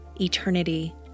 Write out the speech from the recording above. eternity